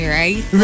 right